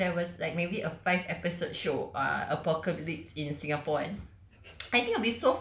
but I think kalau macam there was like maybe a five episode show ah apocalypse in singapore kan